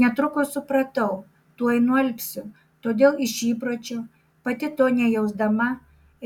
netrukus supratau tuoj nualpsiu todėl iš įpročio pati to nejausdama